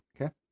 Okay